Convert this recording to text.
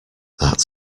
that